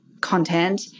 content